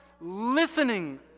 listening